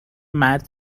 مرد